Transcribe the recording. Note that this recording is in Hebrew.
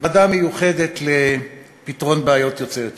ועדה מיוחדת לפתרון בעיות יוצאי אתיופיה,